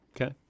Okay